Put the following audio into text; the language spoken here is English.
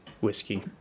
whiskey